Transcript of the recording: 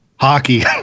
hockey